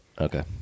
Okay